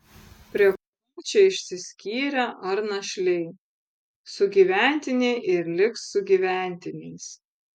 prie ko čia išsiskyrę ar našliai sugyventiniai ir liks sugyventiniais